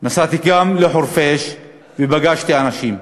נסעתי גם לחורפיש, ופגשתי אנשים.